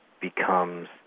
becomes